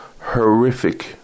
horrific